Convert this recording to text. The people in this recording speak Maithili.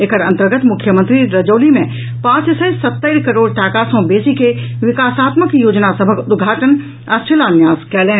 एकर अंतर्गत मुख्यमंत्री रजौली मे पांच सय सत्तरि करोड़ टाका सॅ बेसी के विकासात्मक योजना सभक उद्घाटन आ शिलान्यास कयलनि